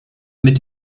mit